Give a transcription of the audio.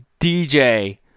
DJ